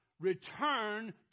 return